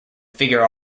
figure